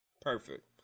Perfect